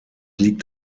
liegt